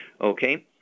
okay